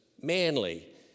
manly